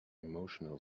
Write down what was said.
emotional